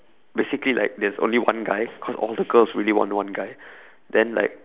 basically like there's only one guy cause all the girls really want one guy then like